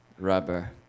Rubber